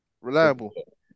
Reliable